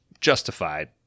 justified